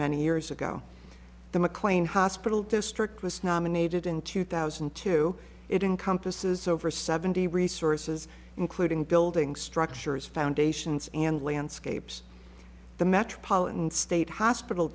many years ago the mclean hospital district was nominated in two thousand and two it encompasses over seventy resources including building structures foundations and landscapes the metropolitan state hospital